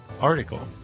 article